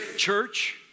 church